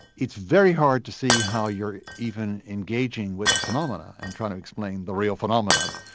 it's very hard to see how you're even engaging with the phenomena and trying to explain the real phenomena,